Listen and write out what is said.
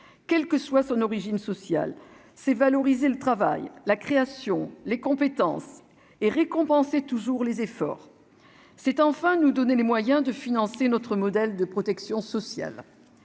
quel que soit son origine sociale, c'est valoriser le travail, la création, les compétences et récompensé toujours les efforts, c'est enfin nous donner les moyens de financer notre modèle de protection sociale,